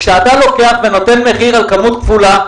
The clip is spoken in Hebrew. כשאתה לוקח ונותן מחיר על כמות כפולה,